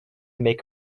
make